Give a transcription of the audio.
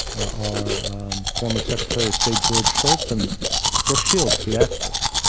our former secretary of state george shultz and brooke shields, the actress.